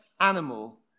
animal